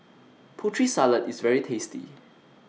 Putri Salad IS very tasty